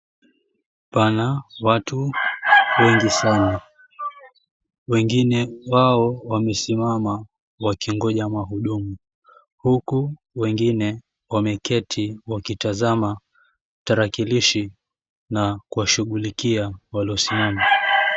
Pana watu wengi sana. Wengine wao wamesimama wakingoja mahudumu. Huku wengine wameketi wakitazama tarakilishi na kuwashughulikia waliosimama.